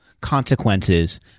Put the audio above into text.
consequences